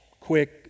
quick